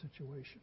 situation